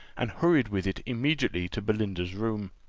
and hurried with it immediately to belinda's room.